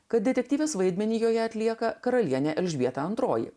kad detektyvės vaidmenį joje atlieka karalienė elžbieta antroji